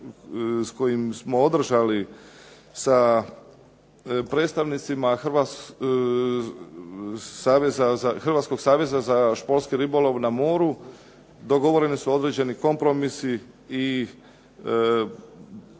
koji smo održali sa predstavnicima Hrvatskog saveza za športski ribolov na moru dogovoreni su određeni kompromisi i dobili